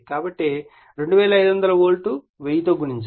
కాబట్టి 2500 వోల్ట్ 1000 తో గుణించాలి